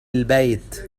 البيت